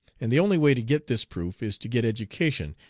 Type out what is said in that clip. and the only way to get this proof is to get education,